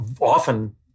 often